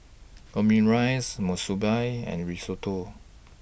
Omurice Monsunabe and Risotto